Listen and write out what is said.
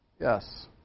Yes